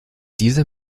dieser